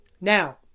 Now